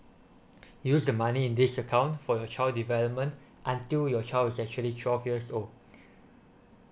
use the money in this account for your child development until your child is actually twelve years old